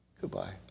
Goodbye